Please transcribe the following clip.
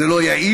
זה לא יעיל,